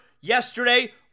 Yesterday